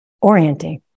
orienting